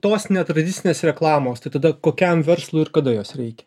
tos netradicinės reklamos tai tada kokiam verslui ir kada jos reikia